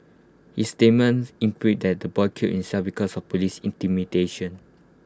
his statements imply that the boy killed himself because of Police intimidation